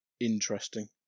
interesting